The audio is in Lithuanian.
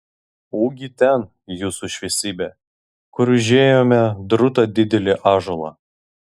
ugi ten jūsų šviesybe kur užėjome drūtą didelį ąžuolą